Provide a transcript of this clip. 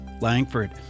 Langford